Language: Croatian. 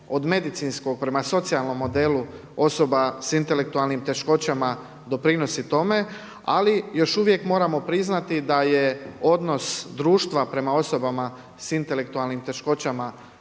od medicinskog prema socijalnom osoba sa intelektualnim teškoćama doprinosi tome, ali još uvijek moramo priznati da je odnos društva prema osobama sa intelektualnim teškoćama